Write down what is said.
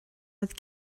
rud